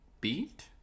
beat